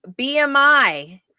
BMI